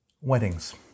weddings